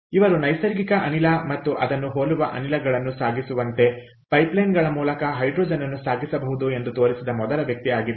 ಇವರು ನೈಸರ್ಗಿಕ ಅನಿಲ ಮತ್ತು ಅದನ್ನು ಹೋಲುವ ಅನಿಲಗಳನ್ನು ಸಾಗಿಸುವಂತೆ ಪೈಪ್ಲೈನ್ಗಳ ಮೂಲಕ ಹೈಡ್ರೋಜನ್ಅನ್ನು ಸಾಗಿಸಬಹುದು ಎಂದು ತೋರಿಸಿದ ಮೊದಲ ವ್ಯಕ್ತಿ ಆಗಿದ್ದಾರೆ